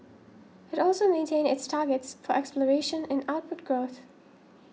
it also maintained its targets for exploration and output growth